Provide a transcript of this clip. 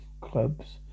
clubs